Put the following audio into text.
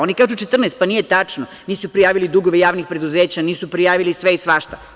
Oni kažu 14, pa nije tačno, nisu prijavili dugove javnih preduzeća, nisu prijavili sve i svašta.